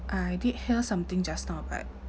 I did hear something just now but